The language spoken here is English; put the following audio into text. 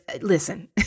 Listen